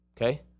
okay